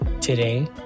today